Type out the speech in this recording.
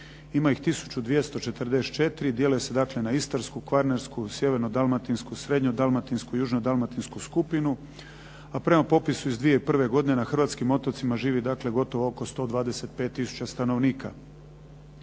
Ima ih tisuću 244, dijele se na Istarsku, Kvarnersku, Sjeverno-dalmatinsku, Srednje-dalmatinsku, Južno-dalmatinsku skupinu, a prema popisu iz 2001. godine na hrvatskim otocima živi gotovo oko 125 tisuća stanovnika.